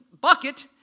bucket